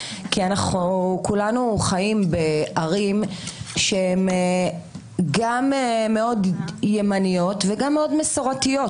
כי אנחנו כולנו חיים בערים שהן גם מאוד ימניות וגם מאוד מסורתיות